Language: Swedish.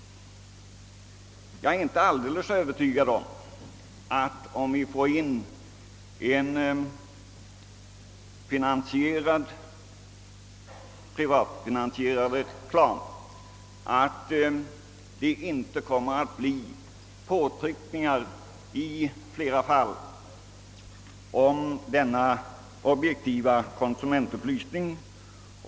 Om vi inför en privatfinansierad reklam, är jag inte helt säker på att det inte i flera fall kommer att bli påtryckningar på denna objektiva konsumentupplysning.